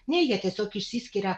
ne jie tiesiog išsiskiria